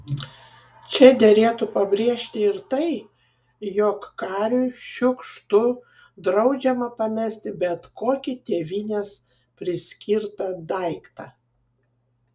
čia derėtų pabrėžti ir tai jog kariui šiukštu draudžiama pamesti bet kokį tėvynės priskirtą daiktą